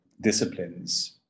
disciplines